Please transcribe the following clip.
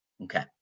Okay